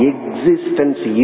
Existence